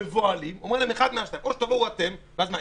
הם מבוהלים ואומר להם: אחד מהשניים או שתבואו אתם ואז מה,